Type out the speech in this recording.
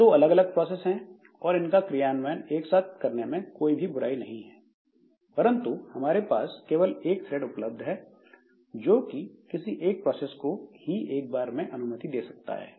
यह दो अलग अलग प्रोसेस हैं और इन का क्रियान्वयन एक साथ करने में कोई भी बुराई नहीं है परंतु हमारे पास केवल एक थ्रेड उपलब्ध है जो कि किसी एक प्रोसेस को ही एक बार अनुमति दे सकता है